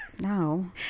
No